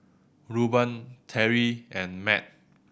Rueben Teri and Mat